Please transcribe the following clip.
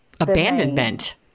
abandonment